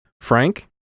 Frank